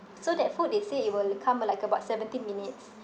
so that food they say it will come like about seventeen minutes